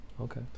Okay